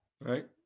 right